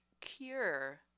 cure